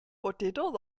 potatoes